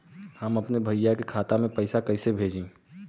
हम अपने भईया के खाता में पैसा कईसे भेजी?